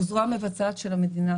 הוא הזרוע המבצעת של המדינה.